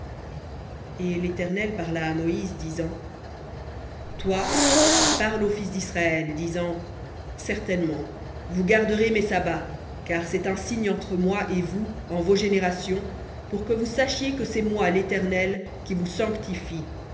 et l'éternel parla à moïse disant toi parle aux fils d'israël disant certainement vous garderez mes sabbats car c'est un signe entre moi et vous en vos générations pour que vous sachiez que c'est moi l'éternel qui vous sanctifie